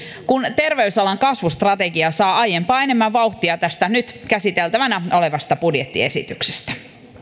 kun terveysalan kasvustrategia saa aiempaa enempää vauhtia tästä nyt käsiteltävänä olevasta budjettiesityksestä